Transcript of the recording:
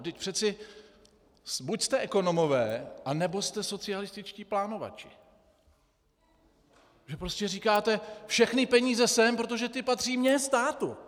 Vždyť přeci buď jste ekonomové, anebo jste socialističtí plánovači, že prostě říkáte: Všechny peníze sem, protože ty patří mně, státu.